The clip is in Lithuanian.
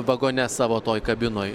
vagone savo toj kabinoj